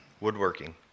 Woodworking